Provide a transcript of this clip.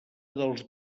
dels